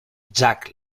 jack